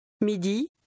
Midi